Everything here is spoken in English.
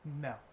No